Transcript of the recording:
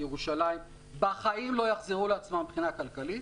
ירושלים - בחיים לא יחזרו לעצמם כלכלית